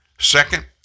Second